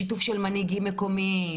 שיתוף של מנהיגים מקומיים,